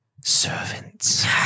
servants